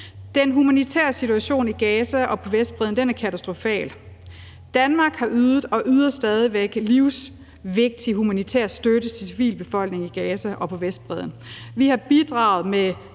Den humanitære situation i Gaza og på Vestbredden er katastrofal. Danmark har ydet og yder stadig væk livsvigtig humanitær støtte til civilbefolkningen i Gaza og på Vestbredden. Vi har bidraget med